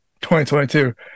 2022